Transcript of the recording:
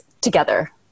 together